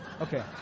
Okay